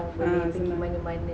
a'ah senang